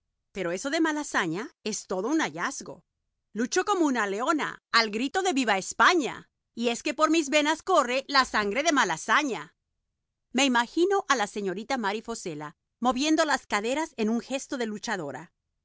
pero eso de malasaña es todo un hallazgo lucho como una leona al grito de viva españa y es que por mis venas corre la sangre de malasaña me imagino a la señorita mary focela moviendo las caderas en un gesto de luchadora